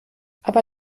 aber